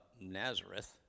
Nazareth